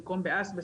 במקום באזבסט,